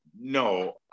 no